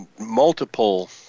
multiple